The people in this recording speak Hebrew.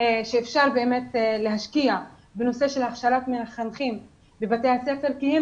ואפשר באמת להשקיע בנושא של הכשרת מחנכים בבתי הספר כי הם